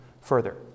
further